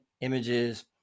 images